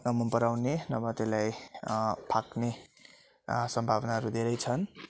नमन पराउने नभए त्यसलाई फ्याँक्ने सम्भावनाहरू धेरै छन्